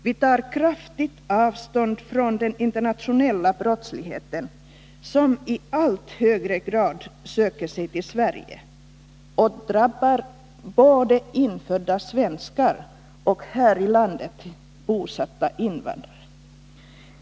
Vi tar kraftigt avstånd från den internationella brottsligheten, som i allt högre grad söker sig till Sverige och drabbar både infödda svenskar och här i landet bosatta invandrare.